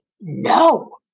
No